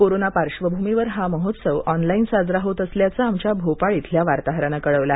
corona पार्श्वभूमीवर हा महोत्सव ऑनलाईन साजरा होत असल्याचं आमच्या भोपाळ इथल्या वार्ताहरान कळवल आहे